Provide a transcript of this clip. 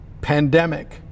pandemic